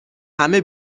همه